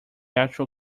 actual